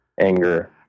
anger